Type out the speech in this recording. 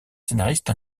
scénariste